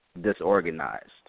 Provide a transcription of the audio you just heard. disorganized